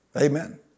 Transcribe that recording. Amen